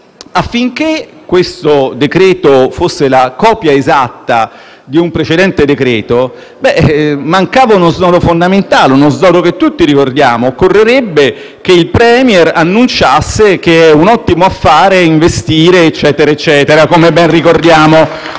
affinché questo decreto-legge fosse la copia esatta di un precedente decreto-legge, mancava uno snodo fondamentale, che tutti ricordiamo: occorrerebbe che il *Premier* annunciasse che è un ottimo affare investire (eccetera, eccetera), come ben ricordiamo.